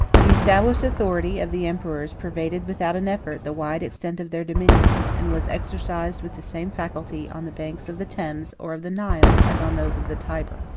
the established authority of the emperors pervaded without an effort the wide extent of their dominions, and was exercised with the same facility on the banks of the thames, or of the nile, as on those of the tyber.